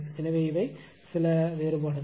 எனவே இவை சில வேறுபாடுகள்